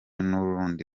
n’urundi